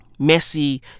Messi